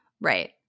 right